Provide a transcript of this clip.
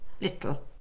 little